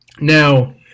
Now